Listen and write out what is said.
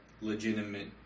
legitimate